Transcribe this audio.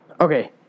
Okay